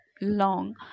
long